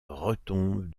retombe